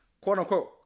quote-unquote